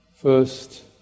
first